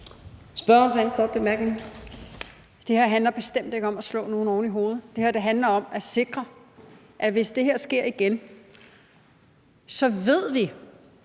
Det her handler bestemt ikke om at slå nogen oven i hovedet. Det her handler om at sikre, at hvis det her sker igen, ved vi,